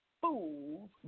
fools